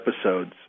episodes